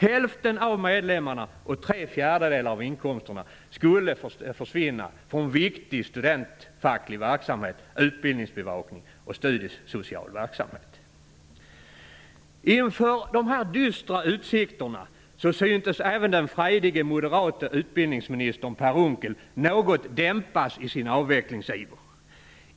Hälften av medlemmarna och tre fjärdedelar av inkomsterna skulle alltså försvinna. Det skulle drabba en viktig studentfacklig verksamhet, utbildningsbevakningen och den studiesociala verksamheten. Inför dessa dystra utsikter syntes även den frejdige moderate utbildningsministern, Per Unckel, något dämpas i sin avvecklingsiver.